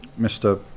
Mr